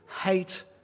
hate